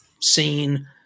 seen